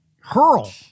hurl